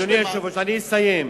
אדוני היושב-ראש, אני אסיים.